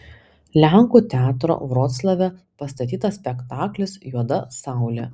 lenkų teatro vroclave pastatytas spektaklis juoda saulė